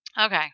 Okay